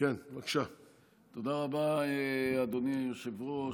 תודה רבה, אדוני היושב-ראש.